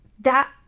that-